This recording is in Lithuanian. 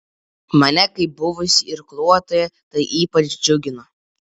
mane kaip buvusį irkluotoją tai ypač džiugina